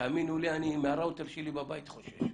תאמינו לי, אני מהראוטר שלי בבית חושש,